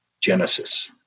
Genesis